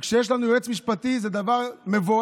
וכשיש לנו יועץ משפטי זה דבר מבורך,